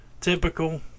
Typical